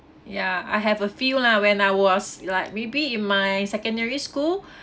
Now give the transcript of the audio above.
ya I have a few lah when I was like maybe in my secondary school